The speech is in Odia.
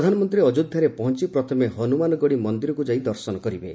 ପ୍ରଧାନମନ୍ତ୍ରୀ ଅଯୋଧ୍ୟାରେ ପହଞ୍ଚ ପ୍ରଥମେ ହନୁମାନଗଡ଼ି ମନ୍ଦିରକୁ ଯାଇ ଦର୍ଶନ କରିବେ